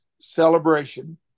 celebration